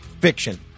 fiction